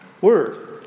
Word